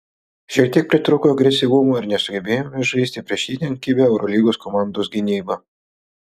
šiek tiek pritrūko agresyvumo ir nesugebėjome žaisti prieš itin kibią eurolygos komandos gynybą